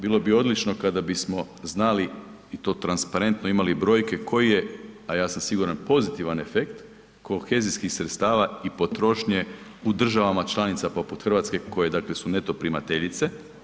Bilo bi odlično kada bismo znali i to transparentno imali brojke koji je, a ja sam siguran pozitivan efekt kohezijskih sredstava i potrošnje u državama članicama poput Hrvatske koje dakle su neto primateljice.